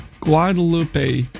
Guadalupe